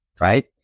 Right